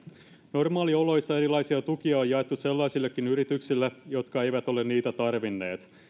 normaalioloissa erilaisia tukia on jaettu sellaisillekin yrityksille jotka eivät ole niitä tarvinneet